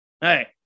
hey